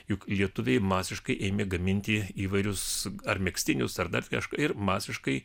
juk lietuviai masiškai ėmė gaminti įvairius ar megztinius ar dar kažką ir masiškai